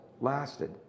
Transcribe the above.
lasted